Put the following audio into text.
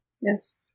Yes